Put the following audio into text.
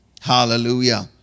Hallelujah